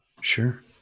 sure